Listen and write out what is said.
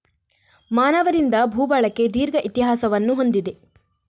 ಮಾನವರಿಂದ ಭೂ ಬಳಕೆ ದೀರ್ಘ ಇತಿಹಾಸವನ್ನು ಹೊಂದಿದೆ